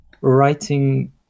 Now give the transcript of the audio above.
writing